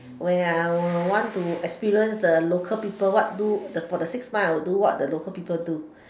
where I will want to experience the local people what do for the six months I will do what the local people do